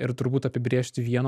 ir turbūt apibrėžti vieno